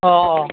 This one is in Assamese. অঁ অঁ